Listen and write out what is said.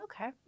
Okay